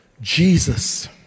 Jesus